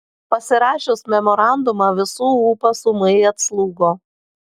pasirašius memorandumą visų ūpas ūmai atslūgo